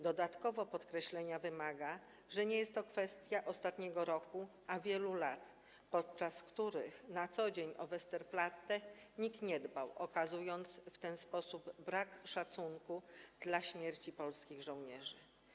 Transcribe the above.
Dodatkowo podkreślenia wymaga, że nie jest to kwestia ostatniego roku, a wielu lat, podczas których na co dzień o Westerplatte nikt nie dbał, okazując w ten sposób brak szacunku dla śmierci polskich żołnierzy.